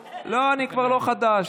לא, אני כבר לא חדש.